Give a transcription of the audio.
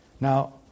Now